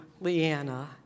Leanna